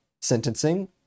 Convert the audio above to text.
sentencing